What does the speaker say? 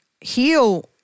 heal